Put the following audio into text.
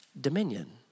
dominion